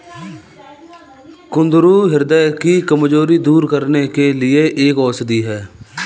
कुंदरू ह्रदय की कमजोरी दूर करने के लिए एक औषधि है